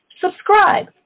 Subscribe